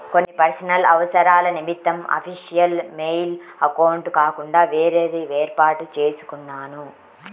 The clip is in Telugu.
కొన్ని పర్సనల్ అవసరాల నిమిత్తం అఫీషియల్ మెయిల్ అకౌంట్ కాకుండా వేరేది వేర్పాటు చేసుకున్నాను